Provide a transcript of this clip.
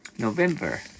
November